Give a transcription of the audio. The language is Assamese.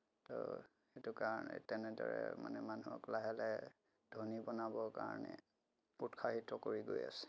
তো সেইটো কাৰণে তেনেদৰে মানে মানুহক লাহে লাহে ধনী বনাবৰ কাৰণে উৎসাহিত কৰি গৈ আছে